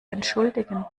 entschuldigen